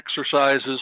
exercises